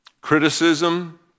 Criticism